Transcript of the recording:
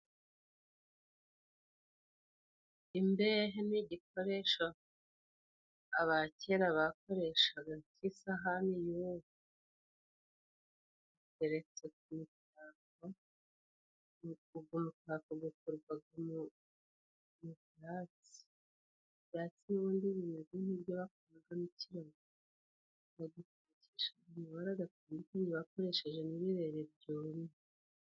Imbehe ni igikoresho abakera bakoreshaga nk'isahani y'ubu, keretse kuyigira umutako nuko ugwo mutako gukorwaga mu byatsi, ibyatsi n'ubundi bimeze nk'ibyo bakoragamo ikirago bagatwikira bakoresheje n'ibirere byumye.